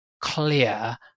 clear